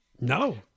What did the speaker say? No